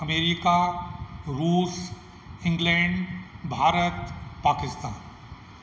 America रूस England Bharat Pakistan